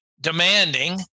demanding